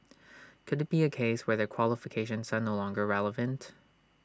could IT be A case where their qualifications are no longer relevant